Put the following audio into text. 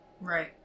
Right